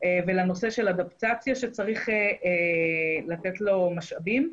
ולנושא של אדפטציה שצריך לתת לו משאבים.